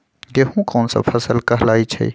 गेहूँ कोन सा फसल कहलाई छई?